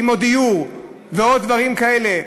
כמו דיור ועוד דברים כאלה,